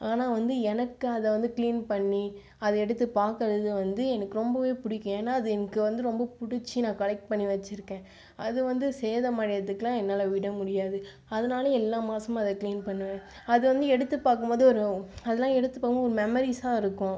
ஆனால் வந்து எனக்கு அதை வந்து க்ளீன் பண்ணி அதை எடுத்து பார்க்கறது வந்து எனக்கு ரொம்பவே பிடிக்கும் ஏன்னால் அது எனக்கு வந்து ரொம்ப பிடிச்சி நான் கலெக்ட் பண்ணி வச்சுருக்கேன் அது வந்து சேதமடையறதுக்கெலாம் என்னால் விட முடியாது அதனால எல்லா மாதமும் அதை க்ளீன் பண்ணுவேன் அது வந்து எடுத்து பார்க்கும்போது ஒரு அதலாம் எடுத்து பார்க்கும்போது ஒரு மெமரீஸாக இருக்கும்